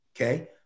okay